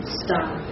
stop